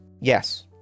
Yes